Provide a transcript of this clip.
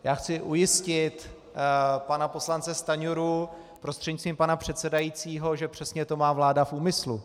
Já chci ujistit pana poslance Stanjuru prostřednictvím pana předsedajícího, že přesně to má vláda v úmyslu.